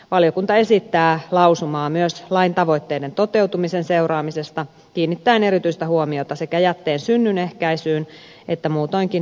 valiokunta esittää lausumaa myös lain tavoitteiden toteutumisen seuraamisesta kiinnittäen erityistä huomiota sekä jätteen synnyn ehkäisyyn että muutoinkin etusijajärjestyksen toteutumiseen